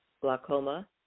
glaucoma